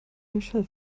michelle